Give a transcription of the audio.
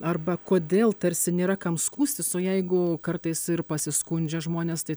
arba kodėl tarsi nėra kam skųstis o jeigu kartais ir pasiskundžia žmonės tai